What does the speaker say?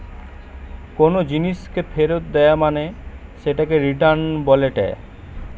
কোনো জিনিসকে ফেরত দেয়া মানে সেটাকে রিটার্ন বলেটে